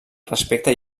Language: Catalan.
respecte